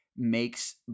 makes